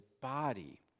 body